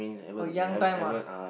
oh young time ah